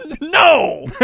No